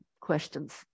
questions